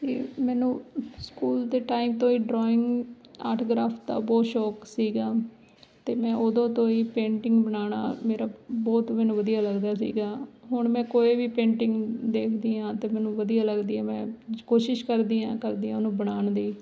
ਮੈਨੂੰ ਸਕੂਲ ਦੇ ਟਾਈਮ ਤੋਂ ਹੀ ਡਰਾਇੰਗ ਆਰਟ ਕਰਾਫਟ ਦਾ ਬਹੁਤ ਸ਼ੌਂਕ ਸੀਗਾ ਅਤੇ ਮੈਂ ਉਦੋਂ ਤੋਂ ਹੀ ਪੇਂਟਿੰਗ ਬਣਾਉਣਾ ਮੇਰਾ ਬਹੁਤ ਮੈਨੂੰ ਵਧੀਆ ਲੱਗਦਾ ਸੀਗਾ ਹੁਣ ਮੈਂ ਕੋਈ ਵੀ ਪੇਂਟਿੰਗ ਦੇਖਦੀ ਹਾਂ ਤਾਂ ਮੈਨੂੰ ਵਧੀਆ ਲੱਗਦੀ ਹੈ ਮੈਂ ਕੋਸ਼ਿਸ਼ ਕਰਦੀ ਹਾਂ ਕਰਦੀ ਉਹਨੂੰ ਬਣਾਉਣ ਦੀ